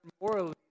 morally